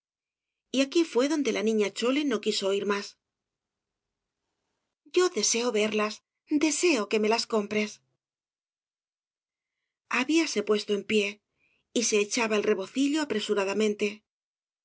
y aquí fué donde la niña chole no quiso oir más yo deseo verlas deseo que me las compres habíase puesto en pie y se echaba el rebocillo apresuradamente